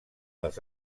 les